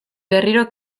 berriro